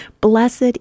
Blessed